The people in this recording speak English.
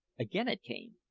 again it came,